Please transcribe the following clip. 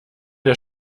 der